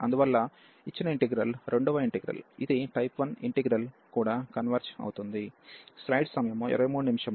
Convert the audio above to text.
అందువల్ల ఇచ్చిన ఇంటిగ్రల్ రెండవ ఇంటిగ్రల్ ఇది టైప్ 1 ఇంటిగ్రల్ కూడా కన్వెర్జ్ అవుతుంది